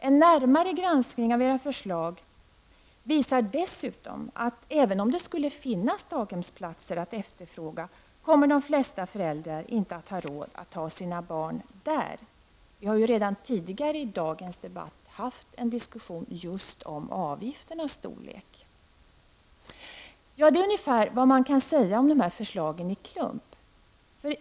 En närmare granskning av era förslag visar dessutom att även om det skulle finnas daghemsplatser att efterfråga, kommer de flesta föräldrar inte att ha råd att ha sina barn där. Vi har ju redan tidigare i dagens debatt haft en diskussion just om avgifternas storlek. Detta är ungefär vad man kan säga om dessa förslag i klump.